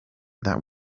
that